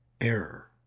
error